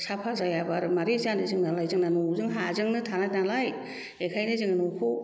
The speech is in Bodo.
साफा जायाबा मारै जानो जोंनालाय जोंना न'जों हाजोंनो थानाय नालाय एखायनो जों न'खौ